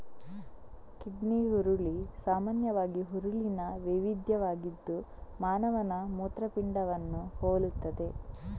kidney ಹುರುಳಿ ಸಾಮಾನ್ಯ ಹುರುಳಿನ ವೈವಿಧ್ಯವಾಗಿದ್ದು ಮಾನವನ ಮೂತ್ರಪಿಂಡವನ್ನು ಹೋಲುತ್ತದೆ